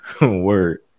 word